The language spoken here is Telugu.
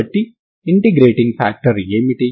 కాబట్టి ఇంటిగ్రేటింగ్ ఫ్యాక్టర్ ఏమిటి